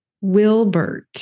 Wilbert